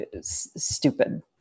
stupid